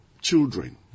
children